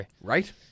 Right